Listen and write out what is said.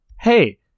hey